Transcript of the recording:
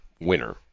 winner